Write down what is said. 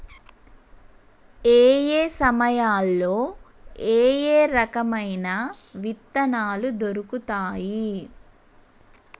ఏయే సమయాల్లో ఏయే రకమైన విత్తనాలు దొరుకుతాయి?